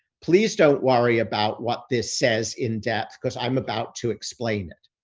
please, don't worry about what this says in depth. cause i'm about to explain it.